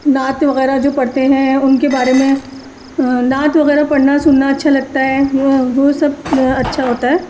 نعت وغیرہ جو پڑھتے ہیں ان کے بارے میں نعت وغیرہ پڑھنا سننا اچھا لگتا ہے وہ وہ سب اچھا ہوتا ہے